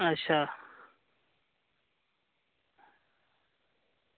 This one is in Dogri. अच्छा